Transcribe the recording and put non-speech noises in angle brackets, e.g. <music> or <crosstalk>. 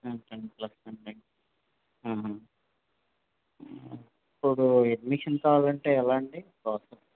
<unintelligible> admission కావాలి అంటే ఎలా అండి <unintelligible>